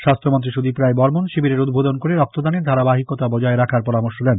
স্বাশ্যমন্ত্রী সুদীপ রায় বর্মণ শিবিরের উদ্বোধন করে রক্তদানের ধারাবাহিকতা বজায় রাখার পরামর্শ দেন